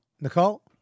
Nicole